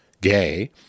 gay